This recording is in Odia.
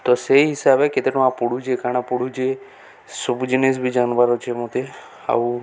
ତ ସେଇ ହିସାବରେ କେତେ ଟଙ୍କା ପଢଡ଼ୁଚେ କାଣା ପଢଡ଼ୁଚେ ସବୁ ଜିନିଷ୍ ବି ଜାନବାର୍ ଅଛେ ମତେ ଆଉ